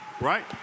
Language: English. right